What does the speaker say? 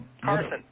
Carson